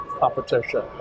competition